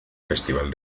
festival